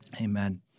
Amen